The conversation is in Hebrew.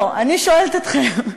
לא, אני שואלת אתכם,